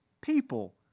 people